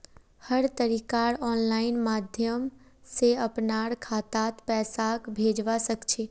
हर तरीकार आनलाइन माध्यम से अपनार खातात पैसाक भेजवा सकछी